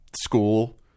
school